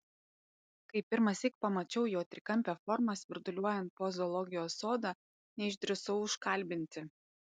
kai pirmąsyk pamačiau jo trikampę formą svirduliuojant po zoologijos sodą neišdrįsau užkalbinti